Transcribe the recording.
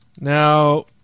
Now